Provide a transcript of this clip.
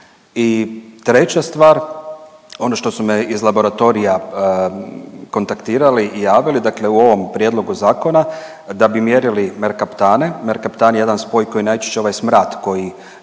I treća stvar, ono što su me iz laboratorija kontaktirali i javili, dakle u ovom prijedlogu zakona da bi mjerili merkaptane, merkaptan je jedan spoj koji je najčešće ovaj smrad koji